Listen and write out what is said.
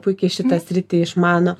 puikiai šitą sritį išmano